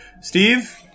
Steve